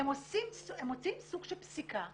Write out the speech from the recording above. הם מוציאים סוג של פסיקה,